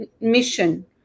mission